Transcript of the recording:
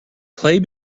play